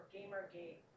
Gamergate